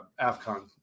AFCON